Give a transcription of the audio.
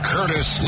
Curtis